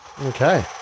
Okay